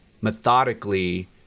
methodically